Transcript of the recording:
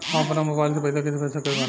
हम अपना मोबाइल से पैसा कैसे भेज सकत बानी?